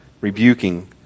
rebuking